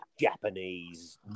Japanese